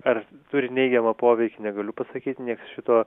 ar turi neigiamą poveikį negaliu pasakyt nieks šito